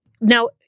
Now